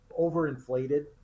overinflated